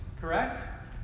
correct